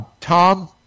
Tom